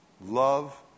Love